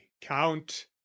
count